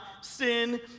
sin